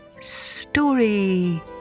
Story